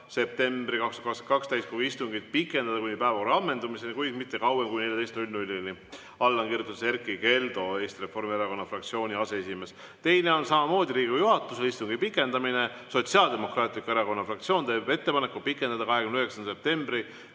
septembri 2022 täiskogu istungit pikendada kuni päevakorra ammendumiseni, kuid mitte kauem kui 14.00‑ni. Alla on kirjutanud Erkki Keldo, Eesti Reformierakonna fraktsiooni aseesimees. Teine on samamoodi Riigikogu juhatusele. Istungi pikendamine. Sotsiaaldemokraatliku Erakonna fraktsioon teeb ettepaneku pikendada 29. septembri